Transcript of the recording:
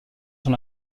son